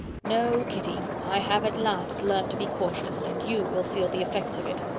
no, kitty, i have at last learnt to be cautious, and you will feel the effects of it.